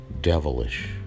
devilish